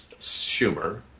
Schumer